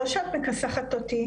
לא שאת מכסחת אותי,